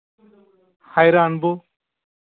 hi Rambu